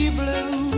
blue